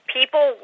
People